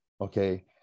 Okay